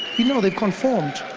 you know they've conformed.